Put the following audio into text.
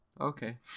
Okay